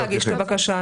לא צריך להגיש בקשה.